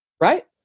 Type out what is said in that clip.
right